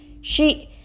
She-